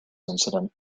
incident